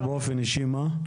אתה באופן אישי מה?